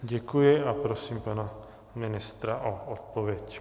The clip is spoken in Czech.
Děkuji a prosím pana ministra o odpověď.